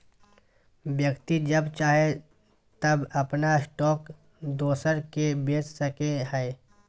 व्यक्ति जब चाहे तब अपन स्टॉक दोसर के बेच सको हइ